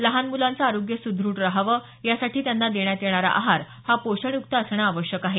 लहान मुलांचं आरोग्य सुद्रढ रहावं यासाठी त्यांना देण्यात येणारा आहार हा पोषण युक्त असणं आवश्यक आहे